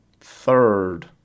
third